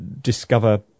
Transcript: discover